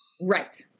right